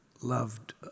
loved